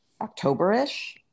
October-ish